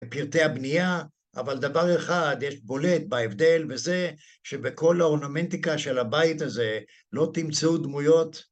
בפרטי הבנייה, אבל דבר אחד, יש בולט בהבדל, וזה, שבכל האורנומנטיקה של הבית הזה לא תמצאו דמויות..